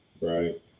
Right